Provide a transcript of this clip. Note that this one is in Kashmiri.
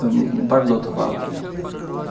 تہٕ بڑٕ لُطُف آو تَتہِ